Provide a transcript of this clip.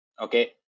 Okay